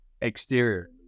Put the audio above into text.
exterior